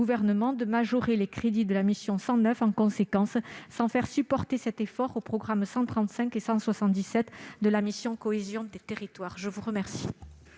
de majorer les crédits de la mission 109 en conséquence, sans faire supporter cet effort aux programmes 135 et 177 de la mission « Cohésion des territoires ». Les quatre